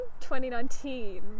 2019